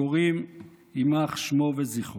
קוראים יימח שמו וזכרו.